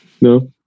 No